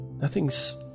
nothing's